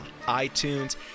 iTunes